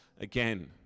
again